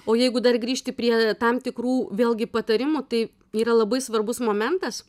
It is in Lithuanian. o jeigu dar grįžti prie tam tikrų vėlgi patarimų tai yra labai svarbus momentas